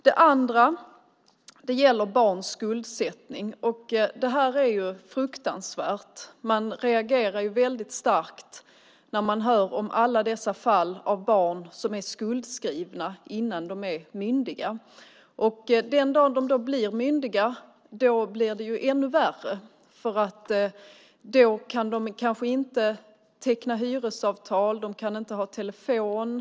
Det andra jag vill lyfta fram gäller barns skuldsättning. Det är fruktansvärt. Man reagerar starkt när man hör om alla dessa fall med barn som är skuldskrivna innan de blivit myndiga. Den dag de blir myndiga blir det ännu värre för dem då de kanske inte kan teckna hyresavtal och ha telefon.